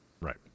Right